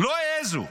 לא העזו.